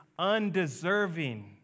undeserving